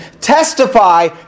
testify